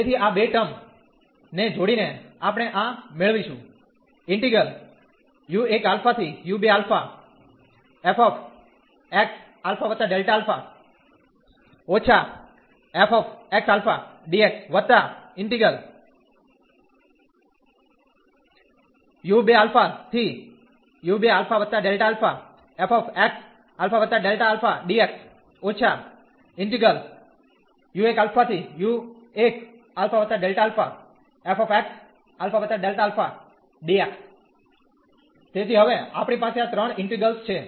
તેથી આ બે ટર્મ ને જોડીને આપણે આ મેળવીશું તેથી હવે આપણી પાસે આ ત્રણ ઇન્ટિગ્રેલ્સ છે